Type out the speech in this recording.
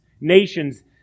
nations